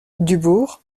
dubourg